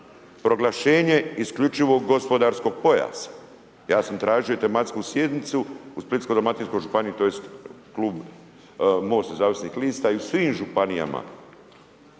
proglašenje isključivog gospodarskog pojasa. Ja sam tražio tematsku sjednicu u Splitsko-dalmatinskoj županiji tj. Klub MOST nezavisnih lista i u svim županija